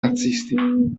nazisti